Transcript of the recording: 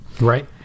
Right